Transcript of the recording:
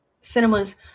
cinema's